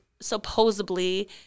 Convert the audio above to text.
supposedly